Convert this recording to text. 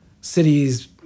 cities